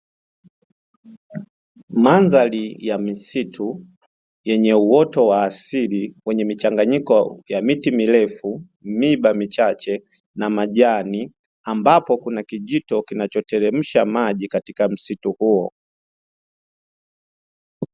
Mandhari ya misitu yenye uoto wa asili wenye michanganyiko ya miti mirefu, miiba michache na majani ambapo kuna kijito kinachotelemsha maji katika msitu huo.